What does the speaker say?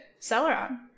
Celeron